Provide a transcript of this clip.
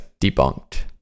debunked